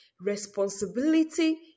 Responsibility